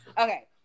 Okay